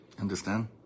Understand